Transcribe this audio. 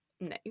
Nice